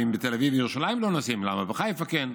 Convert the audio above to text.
ואם בתל אביב ובירושלים לא נוסעים, למה בחיפה כן?